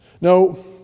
No